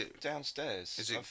downstairs